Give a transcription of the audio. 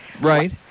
Right